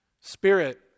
Spirit